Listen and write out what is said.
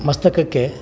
ಮಸ್ತಕಕ್ಕೆ